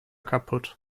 kaputt